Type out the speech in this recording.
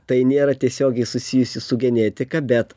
tai nėra tiesiogiai susijusi su genetika bet